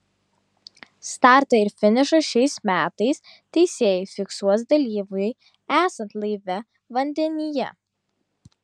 startą ir finišą šiais metais teisėjai fiksuos dalyviui esant laive vandenyje